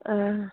आं